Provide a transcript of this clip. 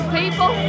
people